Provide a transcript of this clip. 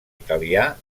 italià